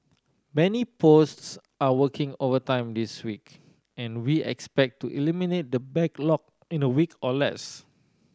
many posts are working overtime this week and we expect to eliminate the backlog in a week or less